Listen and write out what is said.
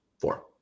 four